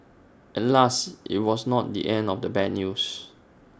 alas IT was not the end of the bad news